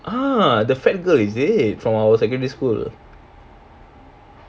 uh the fat girl is it from our secondary school